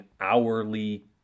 hourly